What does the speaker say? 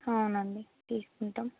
అవునండి తీసుకుంటాం